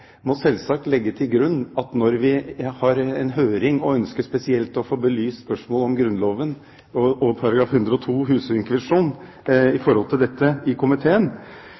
må selvsagt legge til grunn at når vi har en høring i komiteen og ønsker spesielt å få belyst spørsmål om Grunnloven § 102 om husinkvisisjon, og det fra Lovavdelingen og